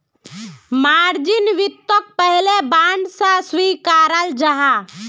margin वित्तोक पहले bond सा स्विकाराल जाहा